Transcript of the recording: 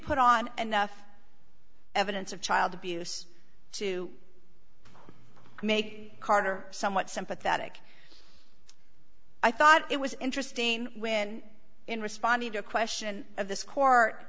put on enough evidence of child abuse to make carter somewhat sympathetic i thought it was interesting when in responding to a question of this court